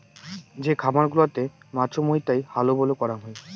যে খামার গুলাতে মাছুমৌতাই হালুবালু করাং হই